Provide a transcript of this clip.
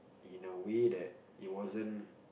in a way that it wasn't